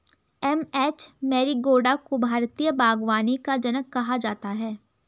M H Marigowda को भारतीय बागवानी का जनक कहा जाता है